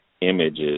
images